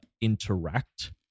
interact